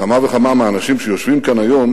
כמה וכמה מהאנשים שיושבים כאן היום,